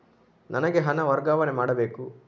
ನನಗೆ ಹಣ ವರ್ಗಾವಣೆ ಮಾಡಬೇಕು